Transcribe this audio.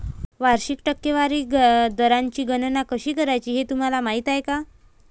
वार्षिक टक्केवारी दराची गणना कशी करायची हे तुम्हाला माहिती आहे का?